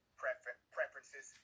preferences